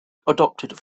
adopted